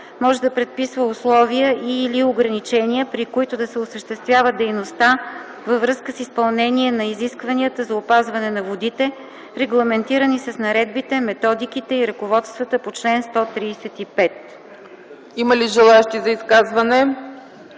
може да предписва условия и/или ограничения, при които да се осъществява дейността, във връзка с изпълнение на изискванията за опазване на водите, регламентирани с наредбите, методиките и ръководствата по чл.135.” ПРЕДСЕДАТЕЛ ЦЕЦКА